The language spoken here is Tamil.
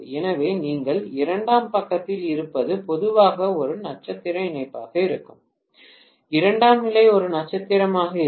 எனவே நீங்கள் இரண்டாம் பக்கத்தில் இருப்பது பொதுவாக ஒரு நட்சத்திர இணைப்பாக இருக்கும் இரண்டாம் நிலை ஒரு நட்சத்திரமாக இருக்கும்